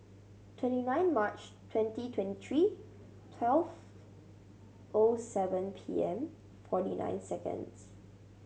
twenty nine March twenty twenty three twelve O seven P M forty nine seconds